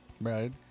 Right